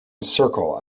circle